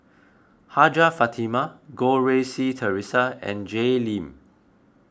Hajjah Fatimah Goh Rui Si theresa and Jay Lim